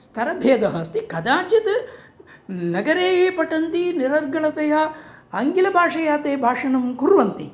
स्तरभेदः अस्ति कदाचित् नगरे ये पठन्ति निरर्गलतया आङ्ग्लबाषया ते भाषणं कुर्वन्ति